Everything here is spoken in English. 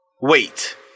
Wait